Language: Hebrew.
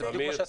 זה מה שעשינו.